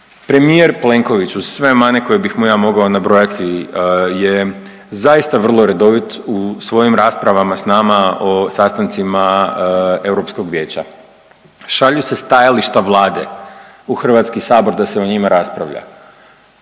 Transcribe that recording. premijer Plenković sve mane koje bih mu ja mogao nabrojati je zaista vrlo redovit u svojim raspravama sa nama o sastancima Europskog vijeća. Šalju se stajališta Vlade u Hrvatski sabor da se o njima raspravlja.